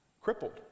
crippled